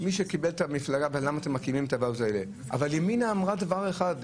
ימינה אמרה דבר אחר: